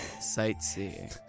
Sightseeing